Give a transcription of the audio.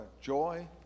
joy